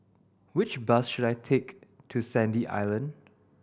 which bus should I take to Sandy Island